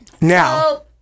Now